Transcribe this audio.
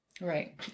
Right